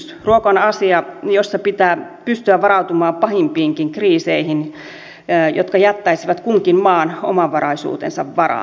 ruoka on asia jossa pitää pystyä varautumaan pahimpiinkin kriiseihin jotka jättäisivät kunkin maan omavaraisuutensa varaan